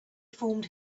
formed